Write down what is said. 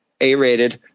A-rated